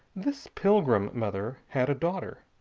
this pilgrim mother had a daughter,